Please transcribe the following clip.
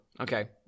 Okay